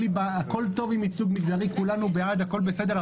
הכול טוב עם ייצוג מגדרי, כולנו בעד, הכול בסדר.